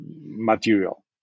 material